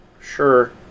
Sure